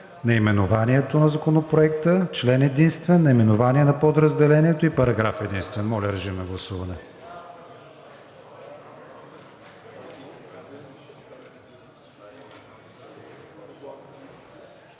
наименованието на Законопроекта, член единствен, наименованието на подразделението и параграф единствен. Гласували